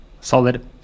Solid